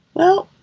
well,